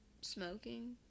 smoking